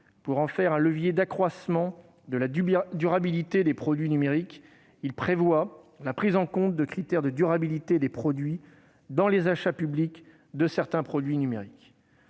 Pour en faire un levier d'accroissement de la durabilité des produits numériques, il prévoit la prise en compte de critères de durabilité des produits dans les achats publics de certains produits numériques.